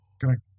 Correct